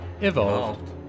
EVOLVED